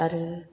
आरो